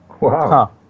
Wow